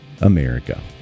America